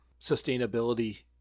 Sustainability